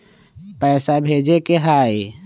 पैसा भेजे के हाइ?